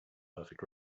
perfect